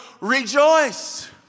rejoice